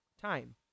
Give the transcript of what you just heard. time